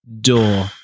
door